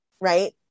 right